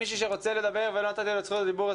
נתתי לו את זכות הדיבור,